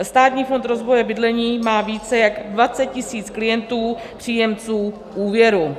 Státní fond rozvoje bydlení má více jak 20 tisíc klientů, příjemců úvěru.